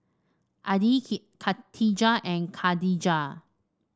Adi Katijah and Khadija